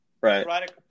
Right